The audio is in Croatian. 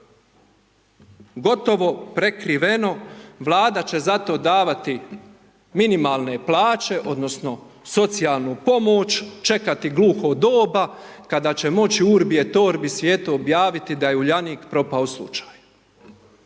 Gotovo prekriveno, Vlada će zato davati minimalne plaće odnosno socijalnu pomoć, čekati gluho doba kada će moći urbi et orbi svijetu objaviti da je Uljanik propao slučaj.